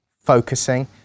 Focusing